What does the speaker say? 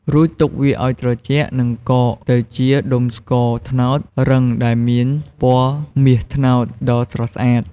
រួចទុកឲ្យវាត្រជាក់និងកកទៅជាដុំស្ករត្នោតរឹងដែលមានពណ៌មាសត្នោតដ៏ស្រស់ស្អាត។